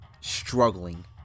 struggling